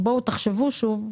או בואו תחשבו שוב,